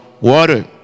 water